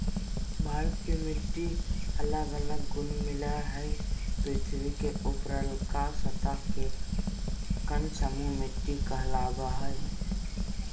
भारत के मिट्टी के अलग अलग गुण मिलअ हई, पृथ्वी के ऊपरलका सतह के कण समूह मिट्टी कहलावअ हई